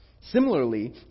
Similarly